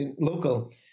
local